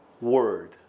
Word